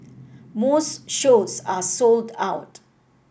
most shows are sold out